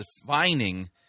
defining